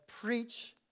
preach